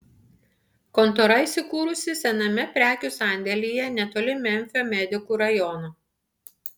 kontora įsikūrusi sename prekių sandėlyje netoli memfio medikų rajono